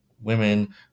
women